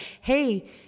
hey